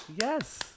Yes